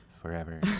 forever